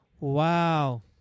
Wow